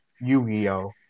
Yu-Gi-Oh